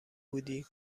بودی